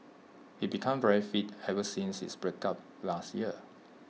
he became very fit ever since his breakup last year